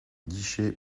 guichet